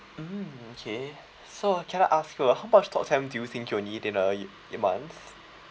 mm okay so uh can I ask about how much talk time do you think you will need in a y~ month